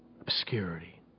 obscurity